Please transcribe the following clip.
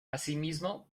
asimismo